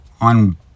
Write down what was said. on